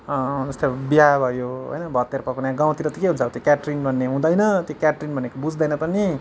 जस्तै अब बिहे भयो भतेर पकाउने गाउँतिर त के हुन्छ अब त्यो क्याटरिङ गर्ने हुँदैन त्यो क्याटरिङ भनेको बुझ्दैन पनि